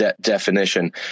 definition